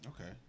Okay